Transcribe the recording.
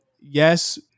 yes